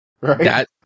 Right